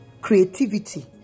creativity